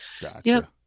Gotcha